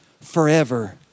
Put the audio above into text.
forever